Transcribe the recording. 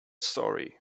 story